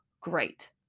great